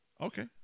Okay